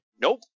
Nope